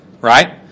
Right